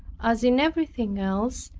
as in everything else,